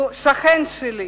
שהוא שכן שלי,